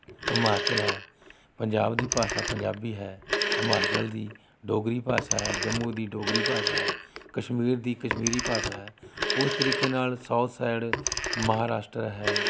ਹਿਮਾਚਲ ਹੈ ਪੰਜਾਬ ਦੀ ਭਾਸ਼ਾ ਪੰਜਾਬੀ ਹੈ ਹਿਮਾਚਲ ਦੀ ਡੋਗਰੀ ਭਾਸ਼ਾ ਹੈ ਜੰਮੂ ਦੀ ਡੋਗਰੀ ਭਾਸ਼ਾ ਹੈ ਕਸ਼ਮੀਰ ਦੀ ਕਸ਼ਮੀਰੀ ਭਾਸ਼ਾ ਹੈ ਉਸ ਤਰੀਕੇ ਨਾਲ ਸਾਊਥ ਸਾਇਡ ਮਹਾਂਰਾਸ਼ਟਰ ਹੈ